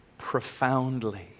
profoundly